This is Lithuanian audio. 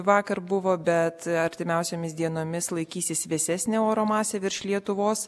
vakar buvo bet artimiausiomis dienomis laikysis vėsesnio oro masė virš lietuvos